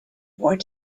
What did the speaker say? what